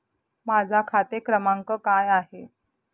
माझा खाते क्रमांक काय आहे?